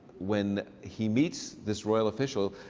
when he meets this royal official,